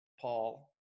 Paul